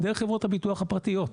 דרך חברות הביטוח הפרטיות.